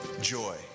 joy